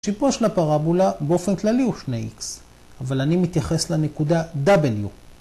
שיפוע של הפרבולה באופן כללי הוא 2x, אבל אני מתייחס לנקודה w.